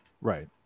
right